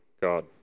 God